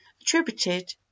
attributed